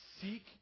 seek